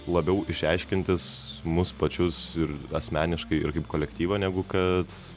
labiau išreiškiantis mus pačius ir asmeniškai ir kaip kolektyvą negu kad